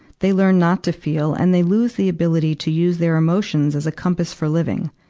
they learn not to feel and they lose the ability to use their emotions as a compass for living.